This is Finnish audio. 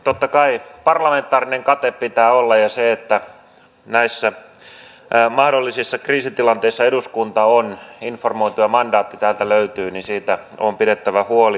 totta kai parlamentaarinen kate pitää olla ja siitä että näissä mahdollisissa kriisitilanteissa eduskunta on informoitu ja mandaatti täältä löytyy on pidettävä huoli